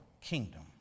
kingdom